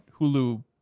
Hulu